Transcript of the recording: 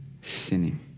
sinning